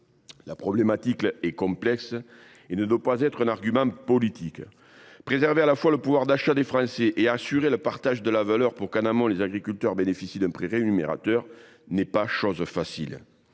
La problématique est complexe et ne doit pas être un argument politique. Préserver à la fois le pouvoir d’achat des Français et assurer le partage de la valeur afin que, en amont, les agriculteurs bénéficient d’un prix rémunérateur n’est pas facile.